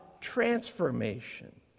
transformation